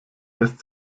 lässt